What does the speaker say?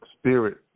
spirit